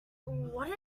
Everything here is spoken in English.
what